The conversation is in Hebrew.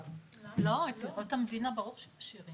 לא, דירות מדינה ברור שמשאירים.